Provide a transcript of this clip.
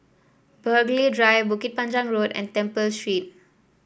Burghley Drive Bukit Panjang Road and Temple Street